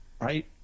Right